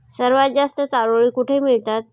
सर्वात जास्त चारोळी कुठे मिळतात?